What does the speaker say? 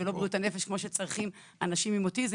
ולא בריאות הנפש כמו שצריכים אנשים עם אוטיזם.